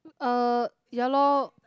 uh ya lor